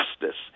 justice